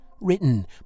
written